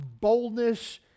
boldness